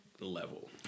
level